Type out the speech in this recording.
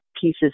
Pieces